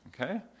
Okay